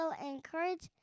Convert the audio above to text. encourage